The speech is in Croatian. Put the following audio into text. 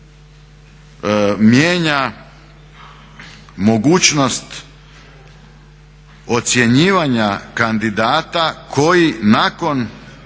mijenja mogućnost ocjenjivanja kandidata koji nakon